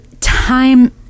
time